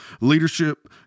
leadership